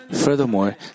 Furthermore